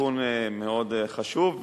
תיקון מאוד חשוב,